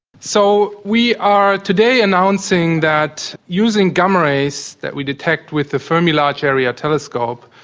so we are today announcing that using gamma rays that we detect with the fermi large-area telescope,